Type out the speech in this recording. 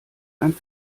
ein